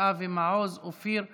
אבי מעוז ואופיר סופר.